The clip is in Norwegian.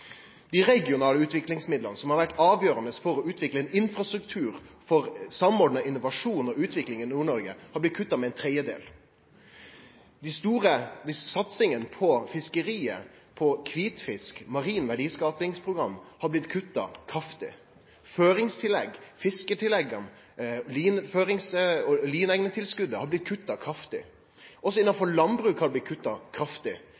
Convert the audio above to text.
Dei regionale utviklingsmidlane, som har vore avgjerande for å utvikle ein infrastruktur for samordna innovasjon og utvikling i Nord-Noreg, har blitt kutta med ein tredjedel. Dei store satsingane på fiskeriet, på kvitfisk, på Marint verdiskapingsprogram, har blitt kutta kraftig. Føringstillegg, fisketillegga og lineegnetilskotet har blitt kutta kraftig. Innanfor landbruk har det blitt kutta kraftig,